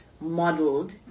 modeled